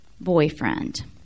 boyfriend